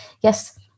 yes